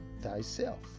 thyself